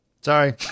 Sorry